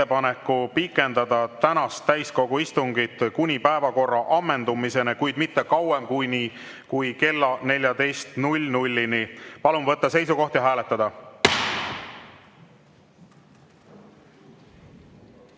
ettepaneku pikendada tänast täiskogu istungit kuni päevakorra ammendumiseni, kuid mitte kauem kui kella 14‑ni. Palun võtta seisukoht ja hääletada!